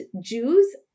Jews